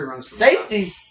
Safety